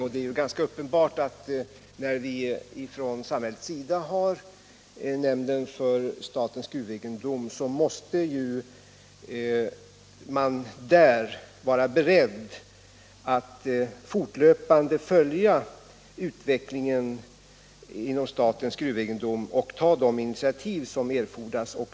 Och det är ganska uppenbart att när vi ifrån - Kaunisvaara samhällets sida har nämnden för statens gruvegendom så måste man där vara beredd att fortlöpande följa utvecklingen beträffande statens gruvegendomar och ta de initiativ som erfordras.